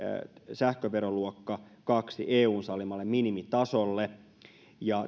sähköveroluokka kaksi eun sallimalle minimitasolle ja